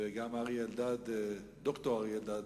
וגם אריה אלדד, ד"ר אריה אלדד,